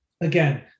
again